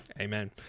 Amen